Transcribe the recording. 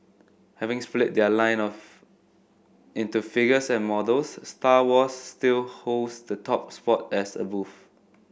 having split their line of into figures and models Star Wars still holds the top spot as a booth